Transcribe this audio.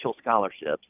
scholarships